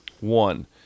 One